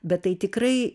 bet tai tikrai